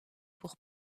pour